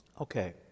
Okay